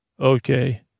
Okay